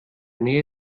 nähe